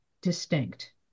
distinct